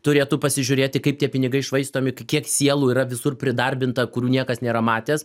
turėtų pasižiūrėti kaip tie pinigai švaistomi kiek sielų yra visur pridarbinta kurių niekas nėra matęs